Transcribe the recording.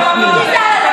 לא הפריעו לך.